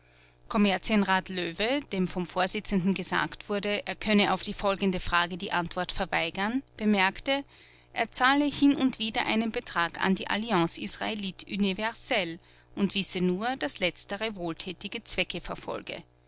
kommerzienrat löwe dem vom vorsitzenden gesagt wurde er könne auf die folgende frage die antwort verweigern bemerkte er zahle hin und wieder einen beitrag an die alliance israelite universelle und wisse nur daß letztere wohltätige zwecke verfolge